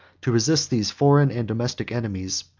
to resist these foreign and domestic enemies,